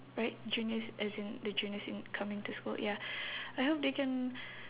right juniors as in the juniors in coming to school ya I hope they can